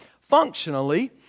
functionally